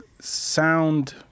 sound